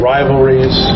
Rivalries